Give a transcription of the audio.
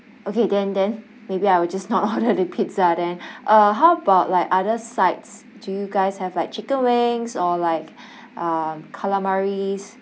okay then then maybe I will just not order the pizza then uh how about like other sides do you guys have like chicken wings or like um calamari